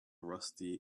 rusty